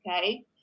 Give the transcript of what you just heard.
Okay